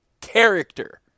character